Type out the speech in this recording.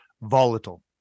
volatile